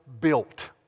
built